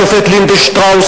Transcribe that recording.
השופט לינדנשטראוס,